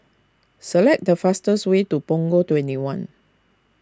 select the fastest way to Punggol twenty one